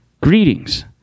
Greetings